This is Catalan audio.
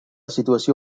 situació